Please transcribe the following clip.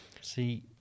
See